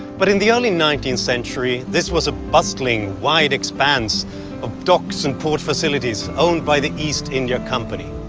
but in the early nineteenth century this was a bustling, wide expanse of docks and port facilities owned by the east india company.